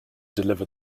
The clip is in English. deliver